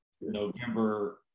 November